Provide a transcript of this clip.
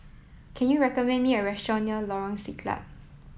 can you recommend me a restaurant near Lorong Siglap